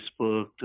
Facebook